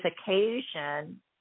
occasion